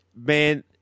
man